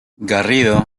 garrido